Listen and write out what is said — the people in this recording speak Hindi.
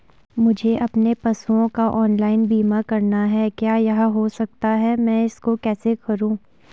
मुझे अपने पशुओं का ऑनलाइन बीमा करना है क्या यह हो सकता है मैं इसको कैसे करूँ?